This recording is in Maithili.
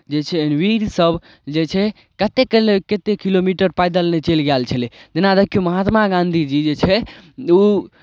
जे छै वीरसभ जे छै कतेक नहि कतेक किलोमीटर पैदल नहि चलि गेल छलै जेना देखियौ महात्मा गाँधीजी जे छै ओ